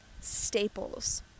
staples